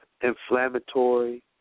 Inflammatory